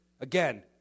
again